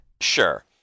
Sure